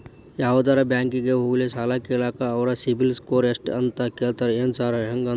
ಯಾವದರಾ ಬ್ಯಾಂಕಿಗೆ ಹೋಗ್ಲಿ ಸಾಲ ಕೇಳಾಕ ಅವ್ರ್ ಸಿಬಿಲ್ ಸ್ಕೋರ್ ಎಷ್ಟ ಅಂತಾ ಕೇಳ್ತಾರ ಏನ್ ಸಾರ್ ಹಂಗಂದ್ರ?